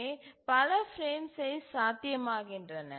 இங்கே பல frame size சாத்தியமாகின்றன